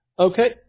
Okay